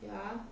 ya